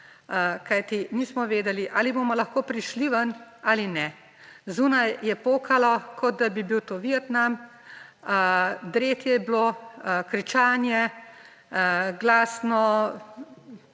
kajti nismo vedeli, ali bomo lahko prišli ven ali ne. Zunaj je pokalo, kot da bi bil to Vietnam. Dretje je bilo, glasno